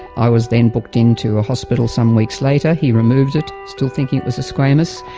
i was then booked in to a hospital some weeks later, he removed it, still thinking it was a squamous.